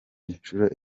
inshuro